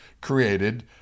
created